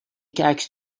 عکس